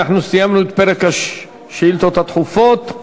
אנחנו סיימנו את פרק השאילתות הדחופות.